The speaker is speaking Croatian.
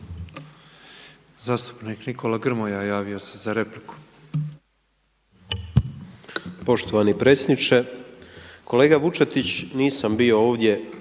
Zastupnik Nikola Grmoja javio se za repliku.